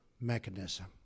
mechanism